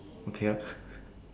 okay ah